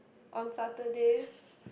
on Saturdays